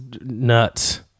Nuts